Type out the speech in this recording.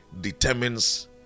determines